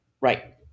Right